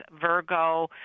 Virgo